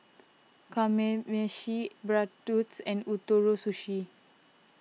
Kamameshi Bratwurst and Ootoro Sushi